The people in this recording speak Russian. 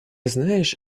знаешь